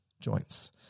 joints